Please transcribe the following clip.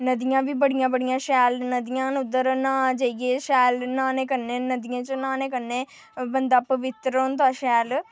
नदियां बी बड़ियां बड़ियां शैल नदियां न उद्धर न्हां जाइयै शैल न्हाने कन्नै नदियें च बंदा पवित्तर होंदा शैल